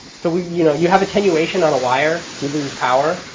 so we you know you have attenuation on a wire, you lose power.